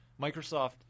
Microsoft